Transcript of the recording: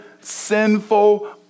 sinful